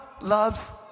loves